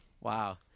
Wow